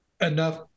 enough